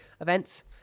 events